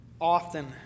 often